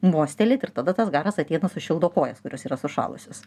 mostelėt ir tada tas garas ateina sušildo kojas kurios yra sušalusios